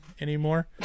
anymore